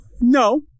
No